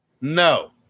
No